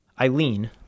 Eileen